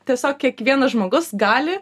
tiesiog kiekvienas žmogus gali